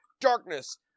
darkness